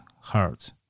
Heart